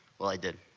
well, i did